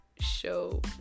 show